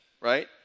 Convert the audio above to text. right